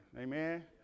Amen